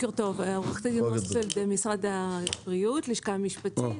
שלום, אני ממשרד הבריאות, לשכה משפטית.